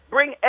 Bring